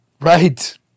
Right